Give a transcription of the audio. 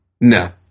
No